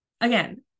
again